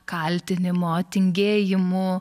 kaltinimo tingėjimu